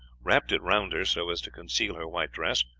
wrapped it round her so as to conceal her white dress,